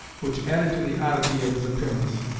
which added to the oddity of his appearance.